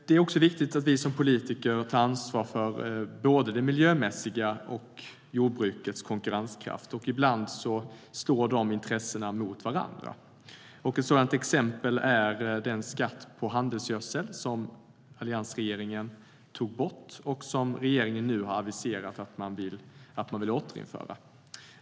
Det är också viktigt att vi politiker tar ansvar för både miljön och jordbrukets konkurrenskraft. Ibland står dessa intressen emot varandra. Ett sådant exempel är den skatt på handelsgödsel som alliansregeringen tog bort och som regeringen nu har aviserat att man vill återinföra.